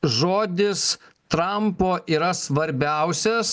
žodis trampo yra svarbiausias